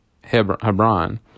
Hebron